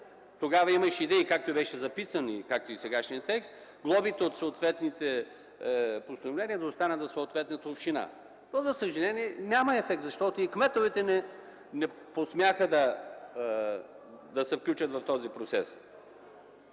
Тогава имаше идеи, както беше записан и сегашният текст, глобите от съответните постановления да останат в съответната община. Но, за съжаление, няма ефект, защото и кметовете не посмяха да се включат в този процес.